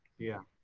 yeah.